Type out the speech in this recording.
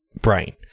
brain